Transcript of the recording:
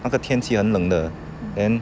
那个天气很冷的 then